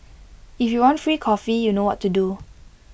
if you want free coffee you know what to do